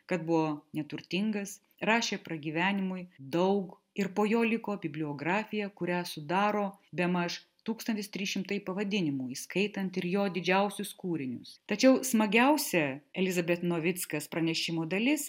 kad buvo neturtingas rašė pragyvenimui daug ir po jo liko bibliografija kurią sudaro bemaž tūkstantis trys šimtai pavadinimų įskaitant ir jo didžiausius kūrinius tačiau smagiausia elizabet novickas pranešimo dalis